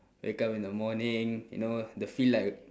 wake up in the morning you know the feel like